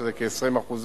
שזה כ-20%,